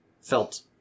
felt